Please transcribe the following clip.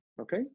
okay